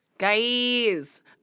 Guys